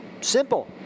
Simple